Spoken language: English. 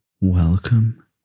welcome